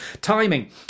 Timing